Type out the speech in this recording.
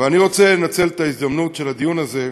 אבל אני רוצה לנצל את ההזדמנות של הדיון הזה,